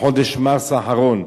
בחודש מרס האחרון,